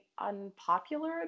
unpopular